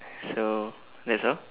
so that's all